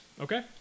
Okay